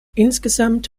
insgesamt